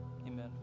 Amen